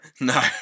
No